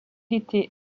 était